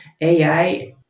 AI